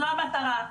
זו המטרה.